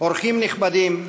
אורחים נכבדים,